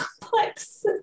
complex